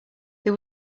they